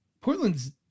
Portland's